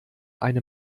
eine